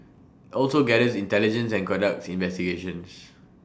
also gathers intelligence and conducts investigations